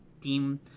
team